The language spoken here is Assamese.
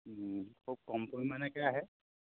খুব কম পৰিমাণেকে আহে